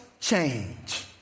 change